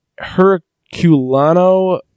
herculano